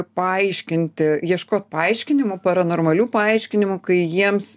paaiškinti ieškot paaiškinimų paranormalių paaiškinimų kai jiems